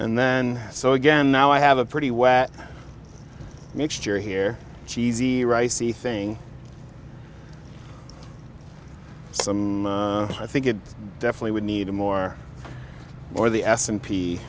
and then so again now i have a pretty wet mixture here cheesy rice a thing some i think it definitely would need to more or the s and p